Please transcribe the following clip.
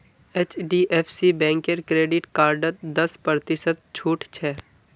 HDFC बैंकेर credit कार्डत दस प्रतिशत छूट छ